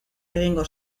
egingo